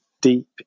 deep